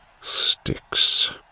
sticks